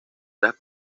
tras